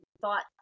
thought